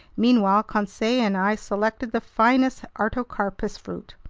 meanwhile conseil and i selected the finest artocarpus fruit.